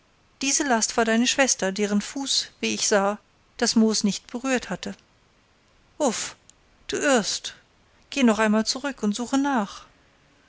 diese last war deine schwester deren fuß wie ich sah das moos nicht berührt hatte uff du irrst geh noch einmal zurück und suche nach